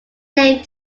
named